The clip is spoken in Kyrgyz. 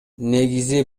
негизи